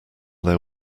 there